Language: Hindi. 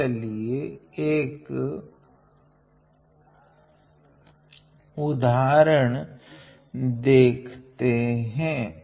तो चलिए एक उदाहरण देखते हैं